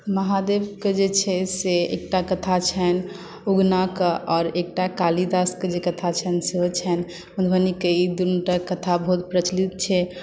महादेवकेँ जे छै से एकटा कथा छनि उगना के आओर एकटा कालिदासके कथा छनि सेहो छनि मधुबनीकेँ ई दुनूटा कथा बहुत प्रचलित छै